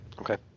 Okay